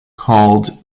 called